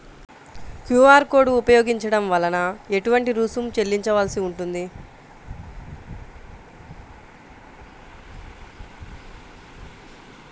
QR code ఉపయోగించటం వలన ఏటువంటి రుసుం చెల్లించవలసి ఉంటుంది?